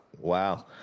Wow